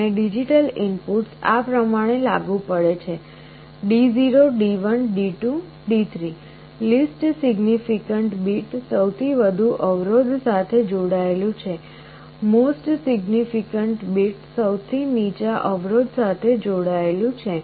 અને digital inputs આ પ્રમાણે લાગુ પડે છે D0 D1 D2 D3 least significant bit સૌથી વધુ અવરોધ સાથે જોડાયેલું છે મોસ્ટ સિગ્નિફિકન્ટ બીટ સૌથી નીચા અવરોધ સાથે જોડાયેલું છે